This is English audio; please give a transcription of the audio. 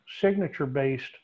signature-based